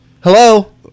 Hello